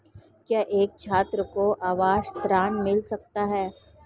क्या एक छात्र को आवास ऋण मिल सकता है?